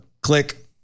Click